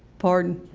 pardon.